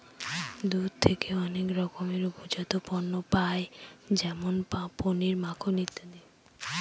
দুধ থেকে অনেক রকমের উপজাত পণ্য পায় যেমন পনির, মাখন ইত্যাদি